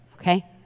okay